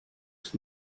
ist